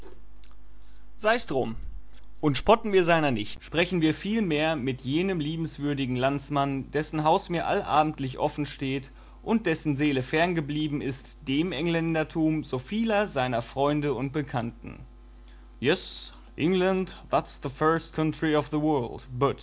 sei's drum und spotten wir seiner nicht sprechen wir vielmehr mit jenem liebenswürdigen landsmann dessen haus mir allabendlich offensteht und dessen seele ferngeblieben ist dem engländertum so vieler seiner freunde und bekannten yes england that's the